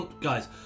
Guys